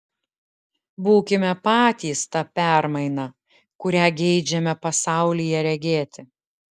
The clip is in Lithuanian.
būkime patys ta permaina kurią geidžiame pasaulyje regėti